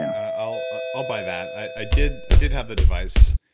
i'll ah i'll buy that. i did i did have the device,